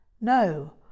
No